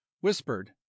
whispered